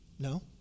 No